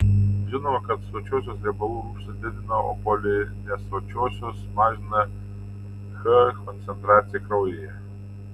žinoma kad sočiosios riebalų rūgštys didina o polinesočiosios mažina ch koncentraciją kraujyje